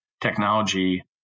technology